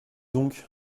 donc